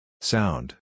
Sound